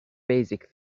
basic